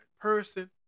person